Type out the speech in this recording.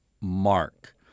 Mark